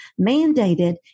mandated